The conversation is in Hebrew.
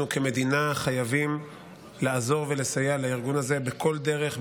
אנחנו כמדינה חייבים לעזור ולסייע לארגון הזה בכל דרך,